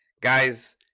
guys